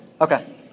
Okay